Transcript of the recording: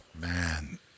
Man